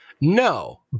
No